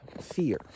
fear